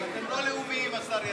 אתם לא לאומיים, השר יריב.